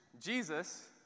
Jesus